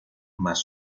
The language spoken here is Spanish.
mas